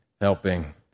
helping